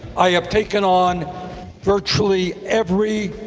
i have taken on virtually every.